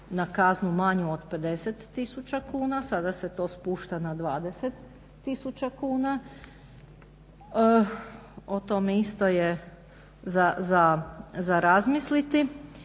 na kaznu manju od 50000 kuna. Sada se to spušta na 20000 kuna. O tome isto je za razmisliti.